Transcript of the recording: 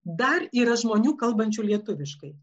dar yra žmonių kalbančių lietuviškai